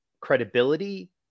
credibility